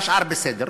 השאר בסדר.